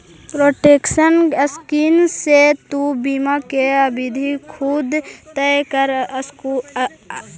protection scheme से तु बीमा की अवधि खुद तय कर सकलू हे